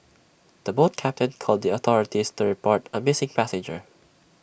the boat captain called the authorities to report A missing passenger